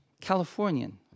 Californian